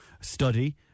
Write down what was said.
study